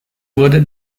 wurde